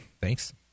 Thanks